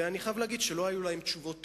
ואני חייב להגיד שלא היו להם תשובות טובות.